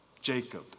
Jacob